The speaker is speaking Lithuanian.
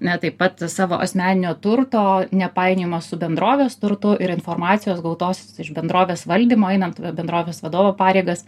na taip pat savo asmeninio turto nepainiojimas su bendrovės turtu ir informacijos gautos iš bendrovės valdymo einant bendrovės vadovo pareigas